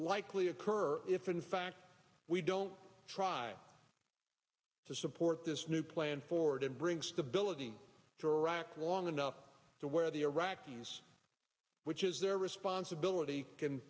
likely occur if in fact we don't try to support this new plan forward and bring stability to iraq long enough so where the iraqis which is their responsibility can